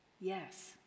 yes